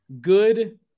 good